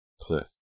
Cliff